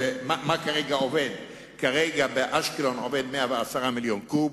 כרגע באשקלון עובד מתקן שמתפיל 110 מיליון קוב,